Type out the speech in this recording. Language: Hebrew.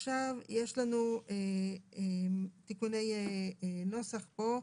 יש לנו תיקוני נוסח פה.